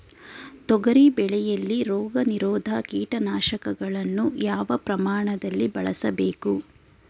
ತೊಗರಿ ಬೆಳೆಯಲ್ಲಿ ರೋಗನಿರೋಧ ಕೀಟನಾಶಕಗಳನ್ನು ಯಾವ ಪ್ರಮಾಣದಲ್ಲಿ ಬಳಸಬೇಕು?